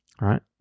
Right